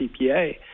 CPA